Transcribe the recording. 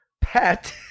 pet